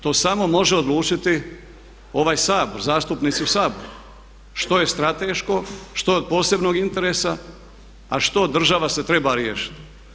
To samo može odlučiti ovaj Sabor, zastupnici u Saboru što je strateško, što od posebnog interesa, a što država se treba riješiti.